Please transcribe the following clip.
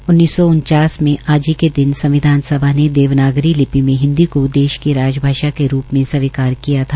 उन्नीस सौ उन्चास में आज ही के दिन संविधान सभा ने देवनागिरी लिपि में हिन्दी को देश की राजभाषा के रूप में स्वीकार किया था